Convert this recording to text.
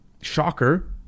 shocker